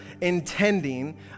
intending